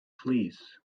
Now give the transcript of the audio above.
fleas